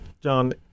John